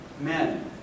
Men